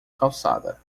calçada